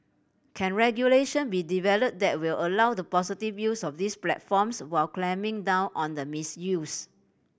can regulation be developed that will allow the positive use of these platforms while clamping down on the misuse